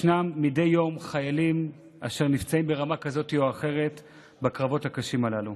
ישנם מדי יום חיילים אשר נפצעים ברמה כזאת או אחרת בקרבות הקשים הללו.